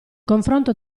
confronto